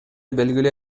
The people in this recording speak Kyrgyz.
белгилүү